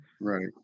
Right